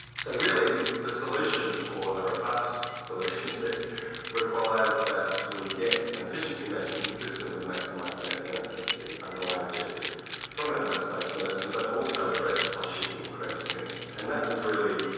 so really the solution or a robust solution to this requires that we get an efficiency measure consistent with maximising net benefit, the underlying objective from evidence-based medicine but also address cost-shifting and cream skimming. and that was really,